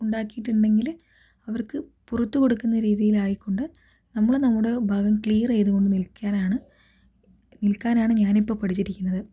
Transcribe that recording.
ഉണ്ടാക്കിയിട്ടുണ്ടെങ്കിൽ അവർക്ക് പൊറുത്തു കൊടുക്കുന്ന രീതിയിൽ ആയിക്കൊണ്ട് നമ്മള് നമ്മുടെ ഭാഗം ക്ലിയർ ചെയ്തു കൊണ്ട് നിൽക്കാനാണ് നിൽക്കാനാണ് ഞാനിപ്പോൾ പഠിച്ചിരിക്കുന്നത്